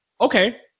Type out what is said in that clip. Okay